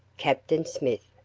captain smith,